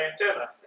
antenna